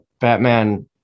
Batman